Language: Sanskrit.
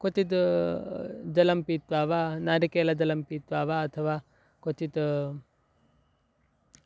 क्वचिद् जलं पीत्वा वा नारिकेलजलं पीत्वा वा अथवा क्वचित्